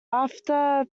after